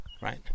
Right